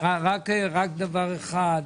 רק דבר אחד.